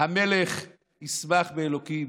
"המלך ישמח באלוקים,